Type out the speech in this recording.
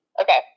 okay